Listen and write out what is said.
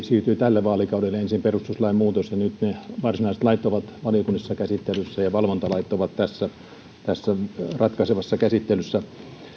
siirtyi tälle vaalikaudelle ensin perustuslainmuutos ja nyt ne varsinaiset lait ovat valiokunnissa käsittelyssä ja valvontalait ovat tässä tässä ratkaisevassa käsittelyssä